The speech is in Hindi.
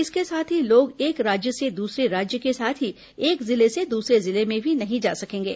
इसके साथ ही लोग एक राज्य से दूसरे राज्य के साथ ही एक जिले से दूसरे जिले में भी नहीं जा सकेंगे